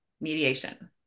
mediation